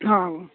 ହଁ